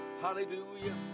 Hallelujah